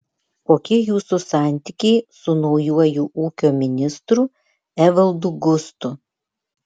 kokie jūsų santykiai su naujuoju ūkio ministru evaldu gustu